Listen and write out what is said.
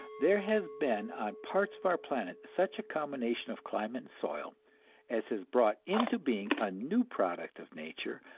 there has been on parts of our planet such a combination of climate and soil as has brought into being a new product of nature,